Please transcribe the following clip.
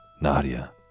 Nadia